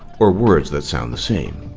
or words that sound the same.